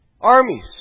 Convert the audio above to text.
Armies